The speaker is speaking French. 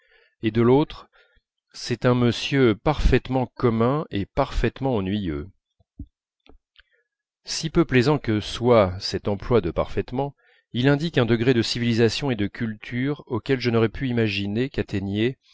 et de l'autre c'est un monsieur parfaitement commun et parfaitement ennuyeux si peu plaisant que soit cet emploi de parfaitement il indique un degré de civilisation et de culture auquel je n'aurais pu imaginer qu'atteignait